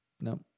No